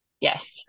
Yes